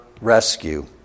rescue